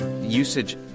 Usage